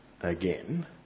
again